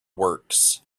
works